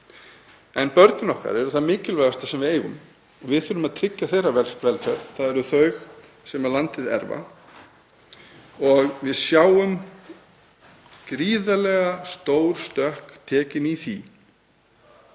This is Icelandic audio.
En börnin okkar eru það mikilvægasta sem við eigum og við þurfum að tryggja velferð þeirra. Það eru þau sem landið erfa og við sjáum gríðarlega stór stökk tekin í því